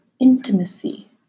intimacy